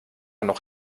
noch